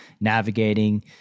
navigating